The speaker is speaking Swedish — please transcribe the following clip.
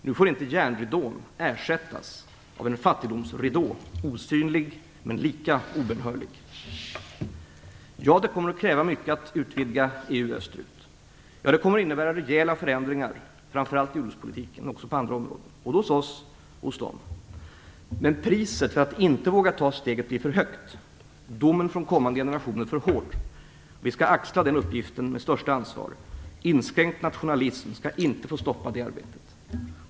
Nu får inte järnridån ersättas av en "fattigdomsridå", osynlig men lika obönhörlig. Ja, det kommer att kräva mycket att utvidga EU österut. Ja, det kommer att innebära rejäla förändringar - framför allt i jordbrukspolitiken men också på andra områden, både hos oss och hos dem. Men priset för att inte våga ta steget blir för högt, domen från kommande generationer för hård, vi skall axla den uppgiften med största ansvar. Inskränkt nationalism skall inte få stoppa det arbetet.